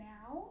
Now